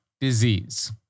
disease